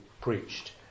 preached